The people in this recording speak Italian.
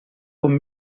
con